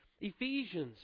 Ephesians